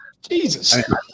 Jesus